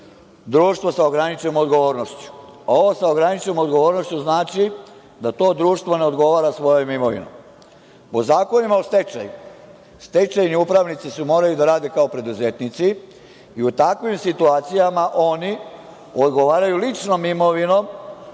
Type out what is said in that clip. društva sa ograničenom odgovornošću. Ovo sa „ograničenom odgovornošću“ znači da to društvo ne odgovara svojom imovinom. Po zakonima o stečaju, stečajni upravnici su morali da rade kao preduzetnici i u takvim situacijama oni odgovaraju ličnom imovinom